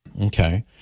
Okay